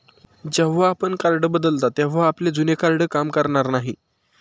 जेव्हा आपण कार्ड बदलता तेव्हा आपले जुने कार्ड काम करणार नाही